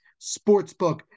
Sportsbook